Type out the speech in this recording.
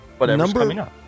number